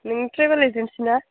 नों travel agency ना